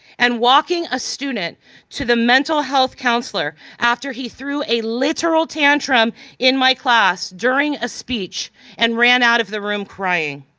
and walking a student to the mental health counselor after he threw a literal tantrum in my class during a speech and ran out of the room crying.